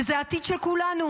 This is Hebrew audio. וזה העתיד של כולנו,